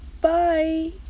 bye